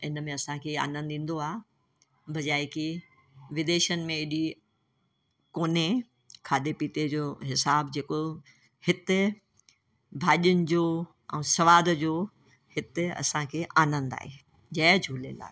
इनमें असांखे आनंद ईंदो आहे बजाए कि विदेशन में एॾी कोन्हे खाधे पीते जो हिसाब जेको हिते भाॼियुनि जो ऐं सवाद जो हिते असांखे आनंद आहे जय झूलेलाल